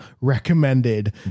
recommended